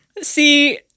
see